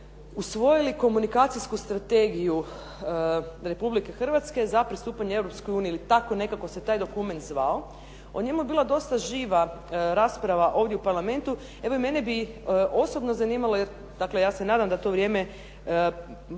usvojili komunikacijsku strategiju Republike Hrvatske za pristupanje Europskoj uniji, ili tako nekako se taj dokument zvao. O njemu je bila dosta živa rasprava ovdje u Parlamentu. Evo i mene bi osobno zanimalo, jer dakle ja se nadam da to vrijeme